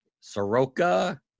Soroka